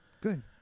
Good